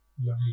Lovely